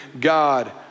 God